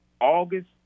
August